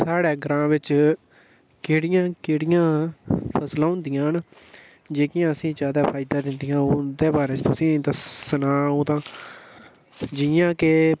साढ़े ग्रांऽ बिच केह्ड़ियां केह्ड़ियां फसलां होंदियां न जेह्कियां असेंगी जादै फायदा दिंदियां होन उं'दे बारै ई तुसें ईं दस्सना अं'ऊ तां जि'यां के